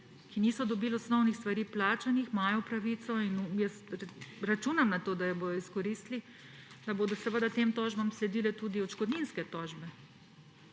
ki niso dobili osnovnih stvari plačanih, imajo pravico – in jaz računam na to, da jo bojo izkoristili –, da bodo tem tožbam sledile tudi odškodninske tožbe.